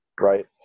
right